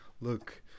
Look